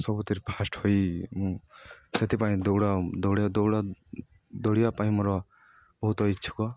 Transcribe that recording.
ସବୁଥିରେ ଫାର୍ଷ୍ଟ୍ ହୋଇ ମୁଁ ସେଥିପାଇଁ ଦୌଡ଼ ଦୌଡ଼ ଦୌଡ଼ା ଦୌଡ଼ିବା ପାଇଁ ମୋର ବହୁତ ଇଚ୍ଛୁକ